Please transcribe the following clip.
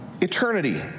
eternity